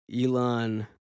Elon